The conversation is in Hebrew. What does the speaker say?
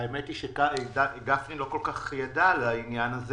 האמת היא שגפני לא כל כך ידע על העניין הזה